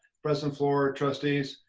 president fluor, trustees.